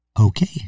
okay